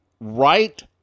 right